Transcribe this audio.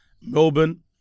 Melbourne